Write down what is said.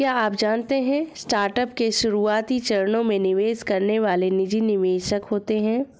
क्या आप जानते है स्टार्टअप के शुरुआती चरणों में निवेश करने वाले निजी निवेशक होते है?